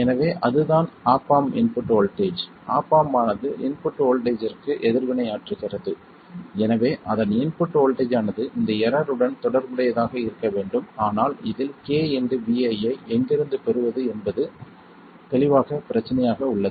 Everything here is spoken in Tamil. எனவே அதுதான் op amp input voltage op amp ஆனது இன்புட் வோல்ட்டேஜ்ற்கு எதிர்வினையாற்றுகிறது எனவே அதன் இன்புட் வோல்ட்டேஜ் ஆனது இந்த எரர் உடன் தொடர்புடையதாக இருக்க வேண்டும் ஆனால் இதில் kVi ஐ எங்கிருந்து பெறுவது என்பது தெளிவாக பிரச்சனையாக உள்ளது